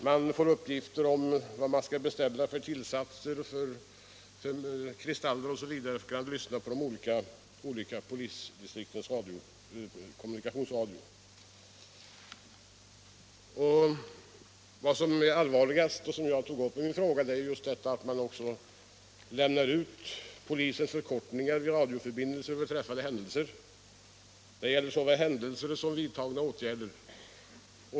Man får uppgift om vilka kristaller som man skall beställa för att kunna lyssna på de olika polisdistriktens kommunikationsradio. Det som är allvarligast — och som jag också tog upp i min fråga — är att man lämnar ut polisens förkortningar och koder beträffande såväl inträffade händelser som vidtagna åtgärder.